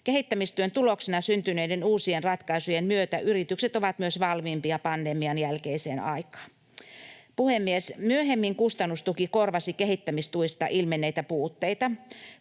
Kehittämistyön tuloksena syntyneiden uusien ratkaisujen myötä yritykset ovat myös valmiimpia pandemian jälkeiseen aikaan. Puhemies! Myöhemmin kustannustuki korvasi kehittämistuissa ilmenneitä puutteita.